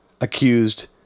accused